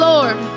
Lord